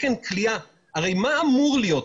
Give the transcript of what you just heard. הרי מה אמור להיות?